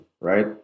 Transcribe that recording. right